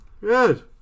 good